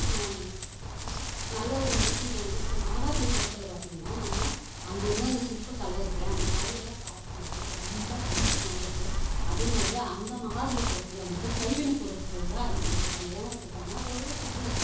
ஆம் நல்ல ஒரு விலைக்கும் போகுது இப்போ மகாபலிபுரத்தில் பார்த்திங்கன்னா நம்ம அங்கே வந்து அந்த சிற்பக்கலை இருக்குல்லை அந்த கலையெல்லாம் பார்க்கும் போது ரொம்ப சந்தோஷமாகவும் இருக்குது அதேமாதிரி அந்த மகாபலிபுரத்தில் வந்துட்டு கைவினைப் பொருட்களைதான் அதிகமாக வெச்சுருப்பாங்க ஏன் வெச்சுருப்பாங்கனா அது ஒரு சுற்றுத